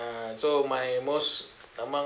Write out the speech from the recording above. uh so my most among